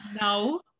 no